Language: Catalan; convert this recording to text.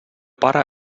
pare